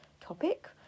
topic